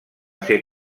ser